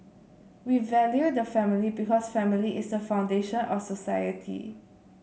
we value the family because family is the foundation of society